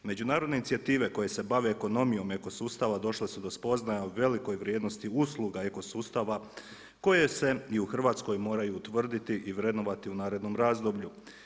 Međunarodne inicijative koje se bave ekonomijom ekosustava došle do spoznaje o velikoj vrijednosti usluga ekosustava koje se i u Hrvatskoj moraju utvrditi i vrednovati u narednom razdoblju.